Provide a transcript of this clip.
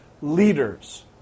leaders